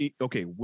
okay